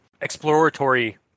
exploratory